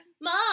Mom